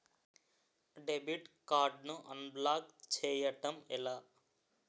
Debit card ను unblock block చేయటం ఎలా?